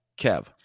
Kev